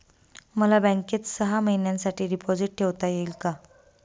मला बँकेत सहा महिन्यांसाठी डिपॉझिट ठेवता येईल का?